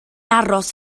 aros